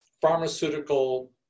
pharmaceutical